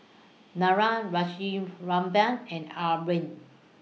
Niraj Rajaratnam and